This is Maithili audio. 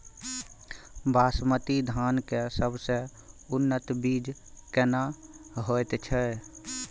बासमती धान के सबसे उन्नत बीज केना होयत छै?